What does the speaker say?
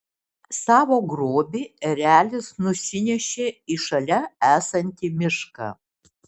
savo grobį erelis nusinešė į šalia esantį mišką